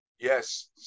yes